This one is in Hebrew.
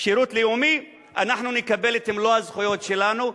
שירות לאומי אנחנו נקבל את מלוא הזכויות שלנו?